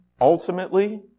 ultimately